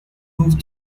moved